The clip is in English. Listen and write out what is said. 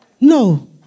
No